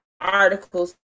articles